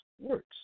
works